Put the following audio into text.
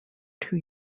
two